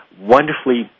wonderfully